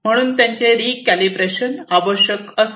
म्हणून त्यांचे रिकॅलिब्रेशन आवश्यक असते